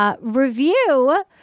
review